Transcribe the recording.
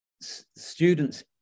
students